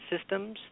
systems